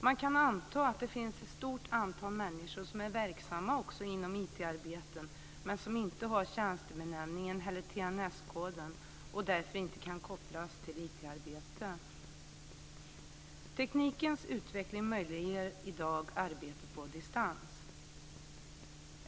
Man kan anta att det finns ett stort antal människor som är verksamma inom IT-arbeten men som inte har den tjänstemannabenämningen eller TNS koden och därför inte kan kopplas till IT-arbete. Teknikens utveckling möjliggör i dag arbete på distans.